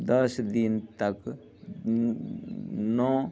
दस दिन तक नओ